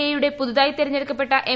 A യുടെ പുതുതായി തെരഞ്ഞെടുക്കപ്പെട്ട എം